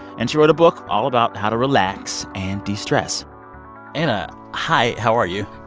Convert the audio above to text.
and she wrote a book all about how to relax and destress anna, hi. how are you?